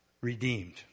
redeemed